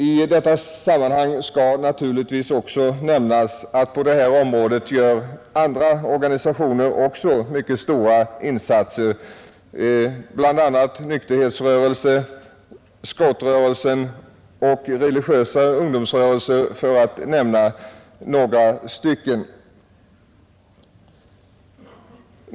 I detta sammanhang skall naturligtvis nämnas att på det här området gör andra organisationer också mycket stora insatser — nykterhetsrörelsen, scoutrörelsen och religiösa ungdomsrörelser, för att nämna några stycken.